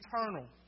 eternal